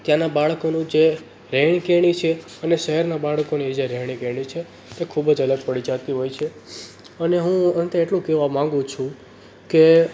ત્યાંના બાળકોનું જે રહેણી કહેણી છે અને શહેરના બાળકોની જે રહેણી કહેણી છે તે ખૂબ જ અલગ પડી જતી હોય છે અને હું અંતે એટલું કહેવા માગું છું કે